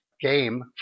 game